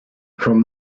from